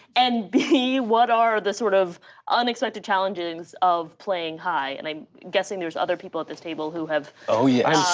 and b, what are the sort of unexpected challenges of playing high, and i'm guessing there's other people at this table who have oh, yes.